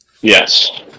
Yes